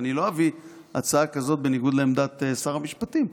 אני לא אביא הצעה כזו בניגוד לעמדת שר המשפטים.